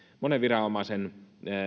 monen viranomaisen